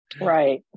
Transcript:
right